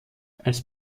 als